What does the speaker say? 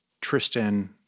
Tristan